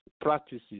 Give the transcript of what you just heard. practices